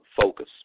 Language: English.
focus